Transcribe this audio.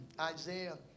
Isaiah